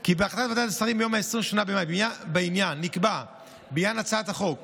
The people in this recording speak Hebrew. כי בהחלטת ועדת השרים מיום 28 במאי נקבע בעניין הצעת חוק